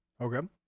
okay